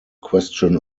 question